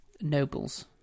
nobles